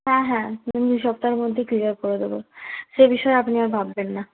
হ্যাঁ হ্যাঁ আমি দুসপ্তাহর মধ্যে ক্লিয়ার করে দেব সে বিষয়ে আপনি আর ভাববেন না